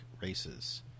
races